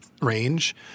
range